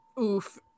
Oof